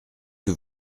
que